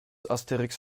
asterix